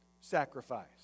sacrifice